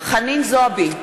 חנין זועבי,